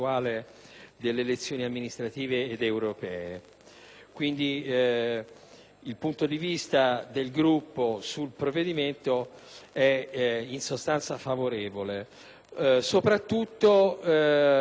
Quindi, il punto di vista del Gruppo sul provvedimento è in sostanza favorevole, soprattutto a causa della motivazione di alleggerimento economico